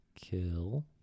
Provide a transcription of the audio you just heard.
kill